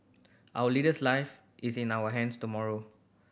our leader's life is in our hands tomorrow